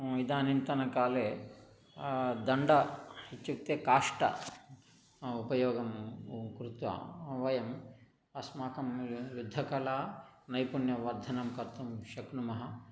इदानींतनकाले दण्डः इत्युक्ते काष्ठः उपयोगं कृत्वा वयम् अस्माकं यु युद्धकलानैपुण्यवर्धनं कर्तुं शक्नुमः